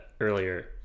earlier